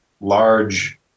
large